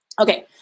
Okay